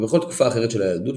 או בכל תקופה אחרת של הילדות,